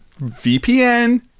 VPN